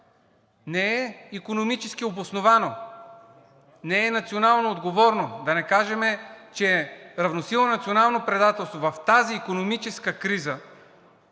Не е икономически обосновано, не е национално отговорно, да не кажем, че е равносилно на национално предателство в тази икономическа криза,